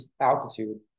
altitude